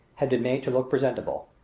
had been made to look presentable.